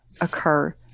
occur